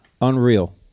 unreal